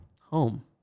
Home